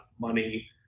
money